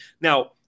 Now